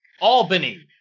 Albany